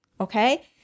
Okay